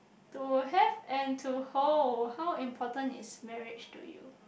to have and to hold how important is marriage to you